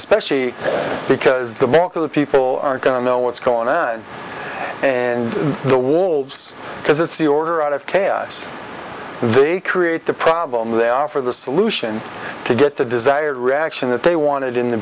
especially because the bulk of the people aren't going to know what's going on and the wolves because it's the order out of chaos they create the problem they offer the solution to get the desired reaction that they wanted in the